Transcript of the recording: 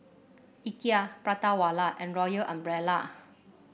Ikea Prata Wala and Royal Umbrella